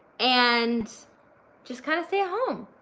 and just kind of stay at home.